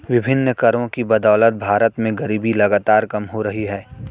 विभिन्न करों की बदौलत भारत में गरीबी लगातार कम हो रही है